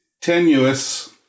tenuous